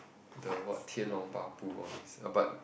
the what 天龙八部:Tian Long Ba Bu all this uh but